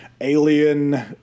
Alien